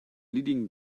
leading